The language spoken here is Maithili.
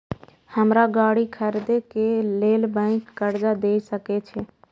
हमरा गाड़ी खरदे के लेल बैंक कर्जा देय सके छे?